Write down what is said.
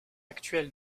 actuelle